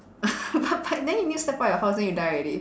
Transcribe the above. but but then you need to step out your house then you die already